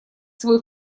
свой